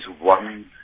one